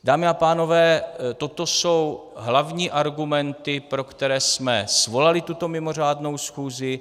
Dámy a pánové, toto jsou hlavní argumenty, pro které jsme svolali tuto mimořádnou schůzi.